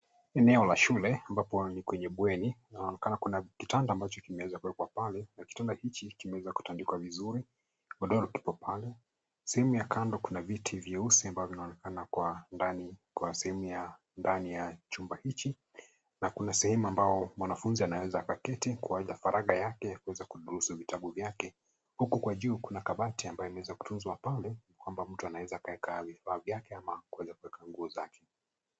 Eneo la shule ambapo ni kwenye bweni kunaonekana kuna kitanda ambacho kimeweza kuwekwa pale na kitanda hiki kimeweza kuzandikwa vizuri, godoro kiko pale, simu ya kando kuna viti vyeusi ambavyo vinaonekana kwa ndani kwa sehemu ya ndani ya chumba hiki na kuna sehemu ambayo mwanafunzi anaweza akaketi kuaga faragha yake kuweza kudhurusu vitabu vyake, huku kwa juu kuna kabati ambayo imeweza kutunzwa pale, kwamba mtu anaweza akaweka vifaa vyake ama kuweza kuweka nguo zake.